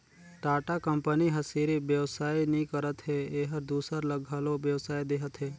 Tata company ह सिरिफ बेवसाय नी करत हे एहर दूसर ल घलो बेवसाय देहत हे